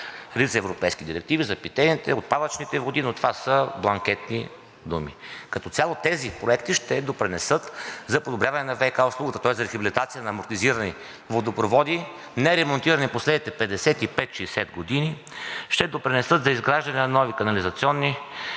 европейски директиви – за питейните, за отпадъчните води, но това са бланкетни думи. Като цяло тези проекти ще допринесат за подобряване на ВиК услугата, тоест за рехабилитация на амортизирани водопроводи, неремонтирани в последните 55 – 60 години, ще допринесат за изграждане на нови канализационни